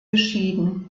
geschieden